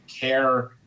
care